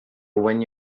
when